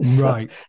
Right